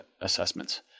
assessments